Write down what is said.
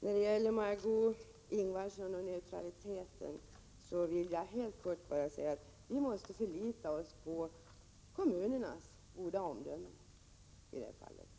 När det gäller Margö Ingvardsson och neutraliteten vill jag helt kort säga att vi måste förlita oss på kommunernas goda omdöme i det fallet.